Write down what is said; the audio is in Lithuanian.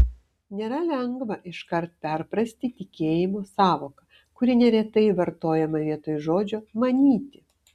nėra lengva iškart perprasti tikėjimo sąvoką kuri neretai vartojama vietoj žodžio manyti